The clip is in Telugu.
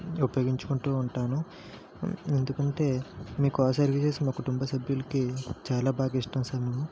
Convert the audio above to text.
ఉపయోగించుకుంటూ ఉంటాను ఎందుకంటే మీ కార్ సర్వీసెస్ మా కుటుంబ సభ్యులకి చాలా బాగా ఇష్టం సారూ